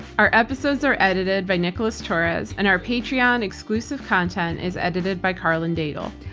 our episodes are edited by nicholas torres and our patreon exclusive content is edited by karlyn daigle.